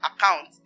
account